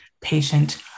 patient